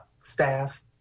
staff